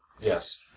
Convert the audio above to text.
Yes